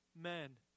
men